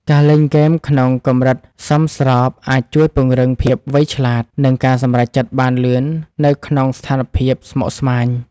ការលេងហ្គេមក្នុងកម្រិតសមស្របអាចជួយពង្រឹងភាពវៃឆ្លាតនិងការសម្រេចចិត្តបានលឿននៅក្នុងស្ថានភាពស្មុគស្មាញ។